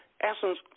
essence